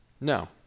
No